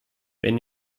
wenn